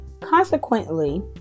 Consequently